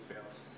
fails